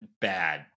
bad